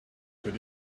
could